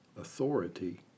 authority